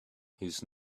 his